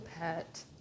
pet